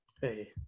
Hey